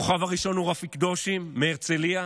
הכוכב הראשון הוא רפי קדושים מהרצליה,